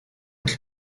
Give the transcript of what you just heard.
адил